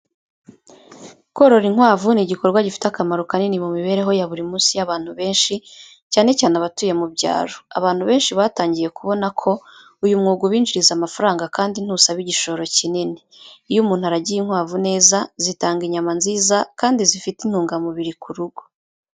Korora inkwavu ni igikorwa gifite akamaro kanini mu mibereho ya buri munsi y’abantu benshi, cyane cyane abatuye mu byaro. Abantu benshi batangiye kubona ko uyu mwuga ubinjiriza amafaranga kandi ntusaba igishoro kinini. Iyo umuntu aragiye inkwavu neza, zitanga inyama nziza kandi zifite intungamubiri ku rugo.